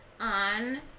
on